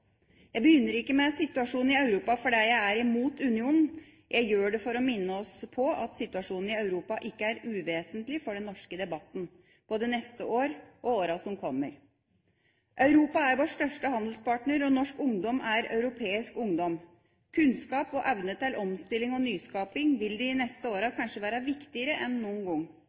Jeg begynner ikke med situasjonen i Europa fordi jeg er mot unionen. Jeg gjør det for å minne oss på at situasjonen i Europa ikke er uvesentlig for den norske debatten – både neste år og i åra som kommer. Europa er vår største handelspartner, og norsk ungdom er europeisk ungdom. Kunnskap og evne til omstilling og nyskaping vil de neste åra kanskje være viktigere enn noen gang.